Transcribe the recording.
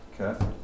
Okay